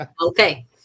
Okay